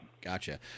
gotcha